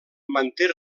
manté